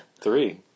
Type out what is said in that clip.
Three